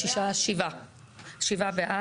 7 נגד